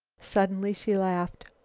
suddenly she laughed.